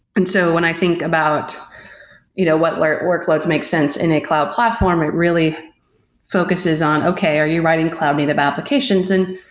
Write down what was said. and so when i think about you know what like workloads make sense in a cloud platform, it really focuses on, okay, are you writing cloud native applications? and